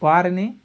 వారిని